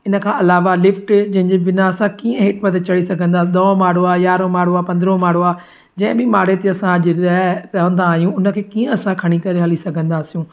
इन खां अलावा लिफ्ट जंहिंजे बिना असां कीअं हेठि मथे चढ़ी सघंदासि ॾहों माड़ो आहे यारहों माड़ो आहे पंदरहों माड़ो आहे जंहिं बि माड़े ते अॼु असां रए रहंदा आहियूं उन खे कीअं असां खणी करे हली सघंदासूं